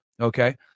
okay